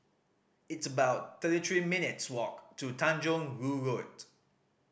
it's about thirty three minutes' walk to Tanjong Rhu Road